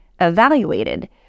evaluated